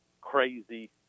crazy